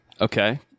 Okay